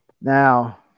Now